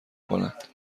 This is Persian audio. کند